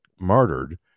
martyred